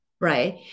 Right